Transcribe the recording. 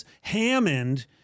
Hammond